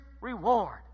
reward